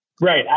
Right